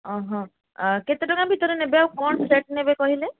ଓହୋଃ ଅଁ କେତେ ଟଙ୍କା ଭିତରେ ନେବେ ଆଉ କଣ ସେଟ୍ ନେବେ କହିଲେ